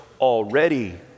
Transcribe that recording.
already